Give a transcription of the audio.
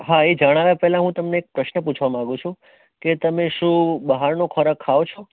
હા એ જણાવવા પહેલા હું તમને એક પ્રશ્ન પૂછવા માગું છું કે તમે શું બહારનો ખોરાક ખાઓ છો